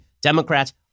Democrats